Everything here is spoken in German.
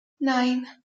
nein